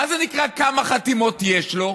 מה זה נקרא "כמה חתימות יש לו"?